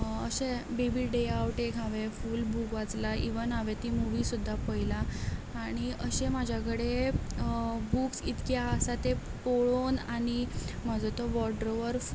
baby day out हें हांवें full book वाचला इवन हांवें तो ती मुवी सुद्दां पळयला आनी अशे म्हज्या कडे बूक इतके आसा ते पळोवन आनी म्हजो तो वोरड्रोवर